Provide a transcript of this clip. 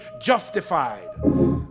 justified